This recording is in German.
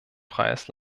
freies